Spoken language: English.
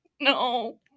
No